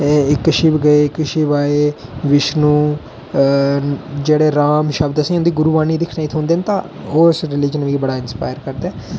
इक शिव गे इक शिव आए बिष्णो जेहड़े राम शब्द असें गी इंदी गुरुबाणी च दिक्खने गी थ्होंदे न तां ओह उस रिलिजन गी बड़ा इंसपाइयर करदा